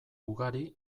ugari